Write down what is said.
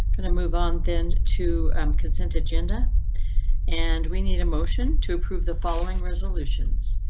gonna move on then to um consent agenda and we need a motion to approve the following resolutions.